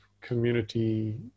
community